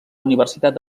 universitat